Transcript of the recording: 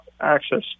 access